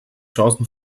chancen